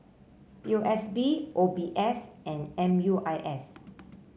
P O S B O B S and M U I S